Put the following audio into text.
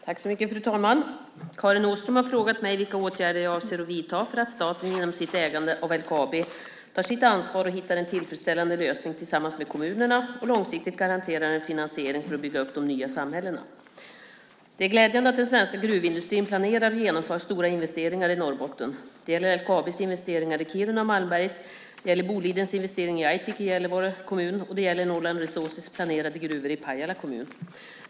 Fru talman! Karin Åström har frågat mig vilka åtgärder jag avser att vidta för att staten genom sitt ägande av LKAB tar sitt ansvar och hittar en tillfredsställande lösning tillsammans med kommunerna och långsiktigt garanterar en finansiering för att bygga upp de nya samhällena. Det är glädjande att den svenska gruvindustrin planerar och genomför stora investeringar i Norrbotten. Det gäller LKAB:s investeringar i Kiruna och Malmberget, det gäller Bolidens investering i Aitik i Gällivare kommun och det gäller Northland Resources planerade gruvor i Pajala kommun.